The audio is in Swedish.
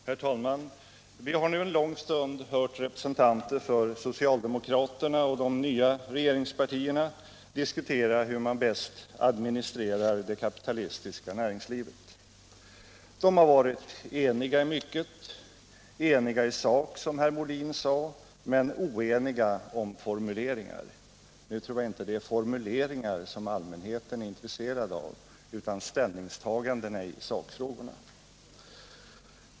Herr talman! Vi har nu en lång stund hört representanter för social demokraterna och de nya regeringspartierna diskutera hur man bäst administrerar det kapitalistiska näringslivet. De har varit eniga i mycket — eniga i sak, som herr Molin sade, men oeniga om formuleringar. Nu tror jag inte att det är formuleringar som allmänheten är intresserad av utan av ställningstagandena i sakfrågorna.